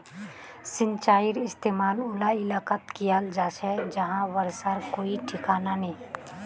सिंचाईर इस्तेमाल उला इलाकात कियाल जा छे जहां बर्षार कोई ठिकाना नी